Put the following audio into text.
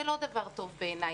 זה לא דבר טוב בעיניי.